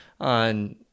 on